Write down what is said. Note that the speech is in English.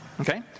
okay